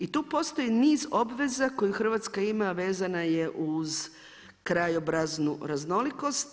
I tu postoji niz obveza koju Hrvatska ima vezana je uz krajobraznu raznolikost.